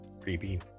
creepy